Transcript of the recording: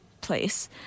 place